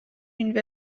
این